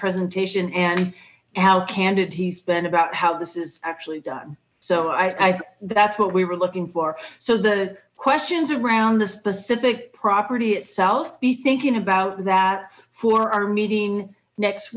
presentation and how candid he's been about how this is actually done so i that's what we were looking for so the questions around the specific property itself be thinking about that for our meeting next